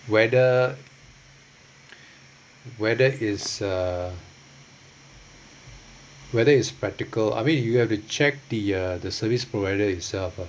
whether whether it's uh whether it's practical I mean you have to check the uh the service provider itself lah